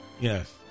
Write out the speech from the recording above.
Yes